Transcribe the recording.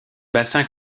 bassins